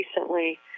recently